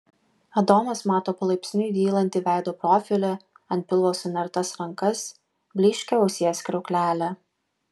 adomas mato palaipsniui dylantį veido profilį ant pilvo sunertas rankas blyškią ausies kriauklelę